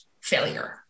failure